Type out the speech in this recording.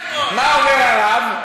מה אומר הרב?